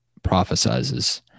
prophesizes